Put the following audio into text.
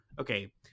Okay